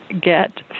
get